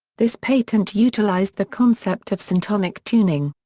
this patent utilized the concept of syntonic tuning.